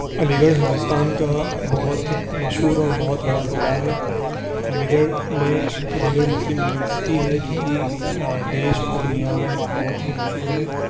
علی گڑھ ہندوستان کا بہت مشہور اور بہت بڑا ضلع ہے علی گڑھ میں علی گڑھ مسلم یونیورسٹی ہے جو کہ دیش اور دنیا میں بہت ہی مشہور ہے